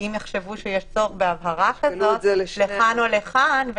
אם יחשבו שיש צורך בהבהרה לכאן או לכאן,